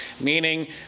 Meaning